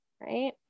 right